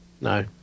No